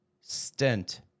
Stent